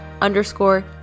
underscore